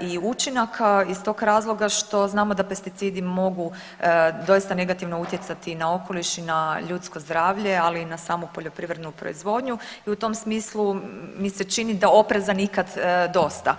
i učinaka iz tog razloga što znamo da pesticidi mogu doista negativno utjecati na okoliš i na ljudsko zdravlje, ali i na samu poljoprivrednu proizvodnju i u tom smislu mi se čini da opreza nikad dosta.